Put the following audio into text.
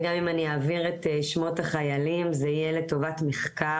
וגם אם אני אעביר את שמות החיילים זה יהיה לטובת מחקר.